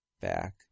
back